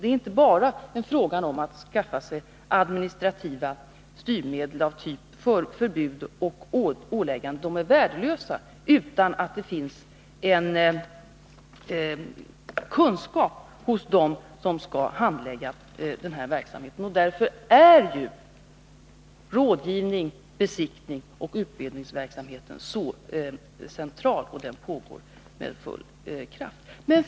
Det är inte bara en fråga om att skaffa sig administrativa styrmedel av typen förbud och ålägganden — de är värdelösa om det inte finns kunskap hos dem som skall handlägga verksamheten. Därför är rådgivnings-, besiktningsoch utbildningsverksamheten mycket central, och den pågår med full kraft.